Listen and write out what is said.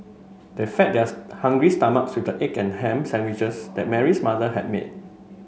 they fed theirs hungry stomachs with the egg and ham sandwiches that Mary's mother had made